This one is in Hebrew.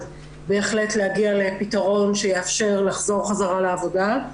בהחלט להגיע לפתרון שיאפשר לחזור חזרה לעבודה.